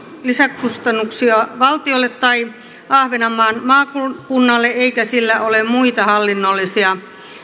lisäkustannuksia valtiolle tai ahvenanmaan maakunnalle eikä sillä ole muita hallinnollisia